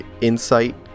insight